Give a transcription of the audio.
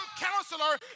counselor